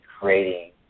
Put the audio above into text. creating